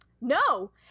No